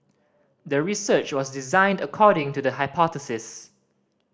the research was designed according to the hypothesis